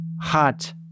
hot